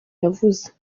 yavuze